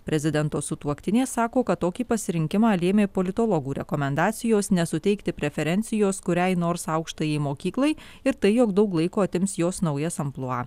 prezidento sutuoktinė sako kad tokį pasirinkimą lėmė politologų rekomendacijos nesuteikti preferencijos kuriai nors aukštajai mokyklai ir tai jog daug laiko atims jos naujas amplua